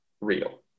real